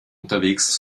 unterwegs